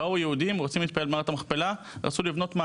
הגיעו יהודים שרצו להתפלל במערכת המכפלה וביקשו לבנות שם